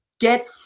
get